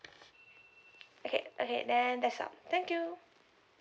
okay okay then that's all thank you